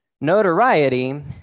notoriety